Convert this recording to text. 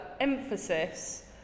emphasis